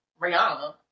Rihanna